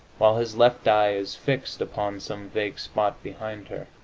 while his left eye is fixed upon some vague spot behind her.